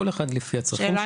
כל אחד לפי הצרכים שלו.